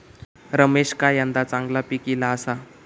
रमेशका यंदा चांगला पीक ईला आसा